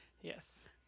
Yes